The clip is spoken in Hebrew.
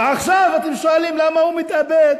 ועכשיו אתם שואלים למה הוא מתאבד,